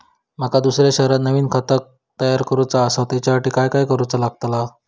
माका दुसऱ्या शहरात नवीन खाता तयार करूचा असा त्याच्यासाठी काय काय करू चा लागात?